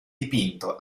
dipinto